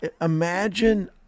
Imagine